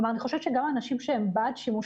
אני חושבת שגם אנשים שהם בעד שימוש